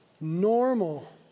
normal